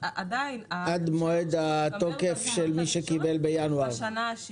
הוא כאילו ניתן בתוך השנה.